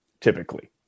typically